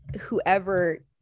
whoever